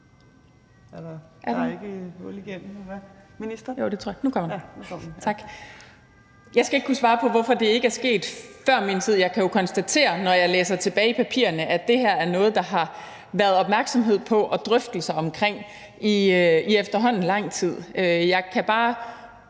Jeg skal ikke kunne svare på, hvorfor det ikke er sket før min tid. Jeg kan jo konstatere, når jeg læser tilbage i papirerne, at det her er noget, der har været opmærksomhed på og drøftelser om i efterhånden lang tid.